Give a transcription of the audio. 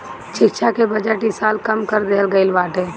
शिक्षा के बजट इ साल कम कर देहल गईल बाटे